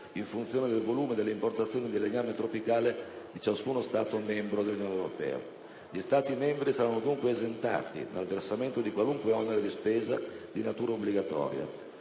in funzione del volume delle importazioni di legname tropicale di ciascuno Stato membro dell'Unione europea. Gli Stati membri saranno dunque esentati dal versamento di qualunque onere di spesa di natura obbligatoria.